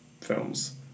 films